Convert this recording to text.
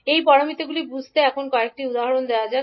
এই প্যারামিটারগুলি বুঝতে এখন কয়েকটি উদাহরণ দেওয়া যাক